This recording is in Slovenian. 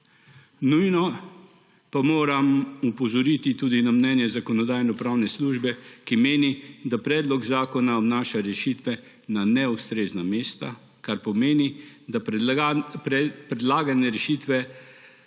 Nujno pa moram opozoriti tudi na mnenje Zakonodajno-pravne službe, ki meni, da predlog zakona vnaša rešitve na neustrezna mesta, kar pomeni, da predlagane rešitve